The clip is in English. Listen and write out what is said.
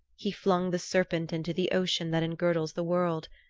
he flung the serpent into the ocean that engirdles the world.